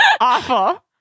Awful